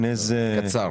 בבקשה.